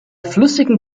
flüssigen